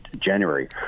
January